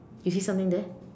you see something there